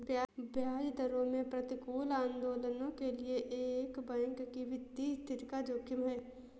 ब्याज दरों में प्रतिकूल आंदोलनों के लिए एक बैंक की वित्तीय स्थिति का जोखिम है